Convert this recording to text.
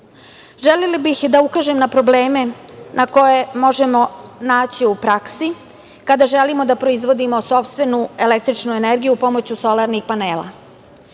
bih i da ukažem na probleme koje možemo naći u praksi kada želimo da proizvodimo sopstvenu električnu energiju pomoću solarnih panela.